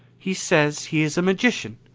he says he is a magician.